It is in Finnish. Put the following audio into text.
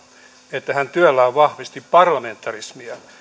että hän työllään vahvisti parlamentarismia